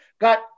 got